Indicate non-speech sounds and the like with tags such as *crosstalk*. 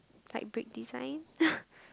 like brick design *breath*